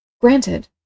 Granted